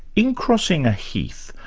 in crossing a heath,